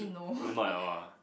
no not at all ah